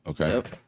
Okay